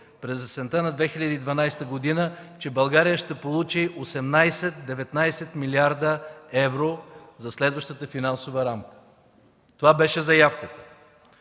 през есента на 2012 г., че България ще получи 18-19 млрд. евро за следващата финансова рамка. Това беше заявката.